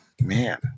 man